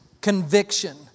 Conviction